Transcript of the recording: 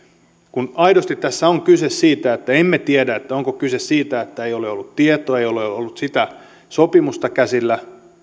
kun aidosti tässä on kyse siitä että emme tiedä onko kyse siitä että ei ole ollut tietoa ei ole ollut sitä sopimusta käsillä